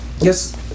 Yes